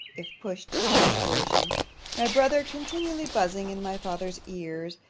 if pushed to desperation my brother continually buzzing in my father's ears,